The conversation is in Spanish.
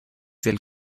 del